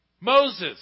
Moses